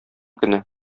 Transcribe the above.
көне